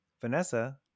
Vanessa